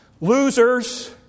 Losers